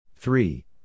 Three